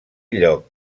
lloc